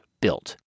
built